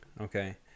Okay